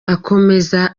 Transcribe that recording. akomeza